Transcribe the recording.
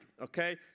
okay